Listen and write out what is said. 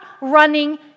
running